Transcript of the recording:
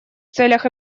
целях